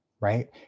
right